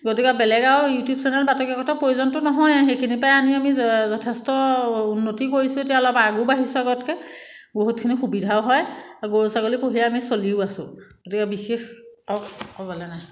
গতিকে বেলেগ আৰু ইউটিউব চেনেল বাতৰিকাকতৰ প্ৰয়োজনতো নহয়েই সেইখিনিৰপৰাই আমি আমি যথেষ্ট উন্নতি কৰিছোঁ এতিয়া অলপ আগো বাঢ়িছোঁ আগতকৈ বহুতখিনি সুবিধাও হয় আৰু গৰু ছাগলী পোহি আমি চলিও আছো গতিকে বিশেষ আৰু ক'বলৈ নাই